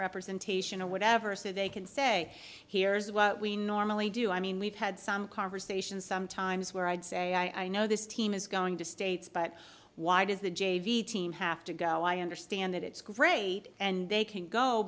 representation or whatever so they can say here is what we normally do i mean we've had some conversations some times where i'd say i know this team is going to states but why does the j v team have to go i understand that it's great and they can go